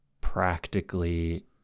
practically